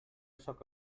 sóc